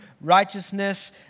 righteousness